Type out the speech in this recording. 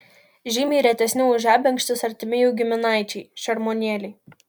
žymiai retesni už žebenkštis artimi jų giminaičiai šermuonėliai